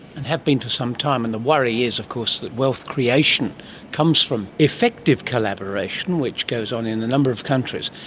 and have been for some time, and the worry is of course that wealth creation comes from effective collaboration, which goes on in a number of countries.